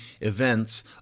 events